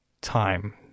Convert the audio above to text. time